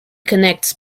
connects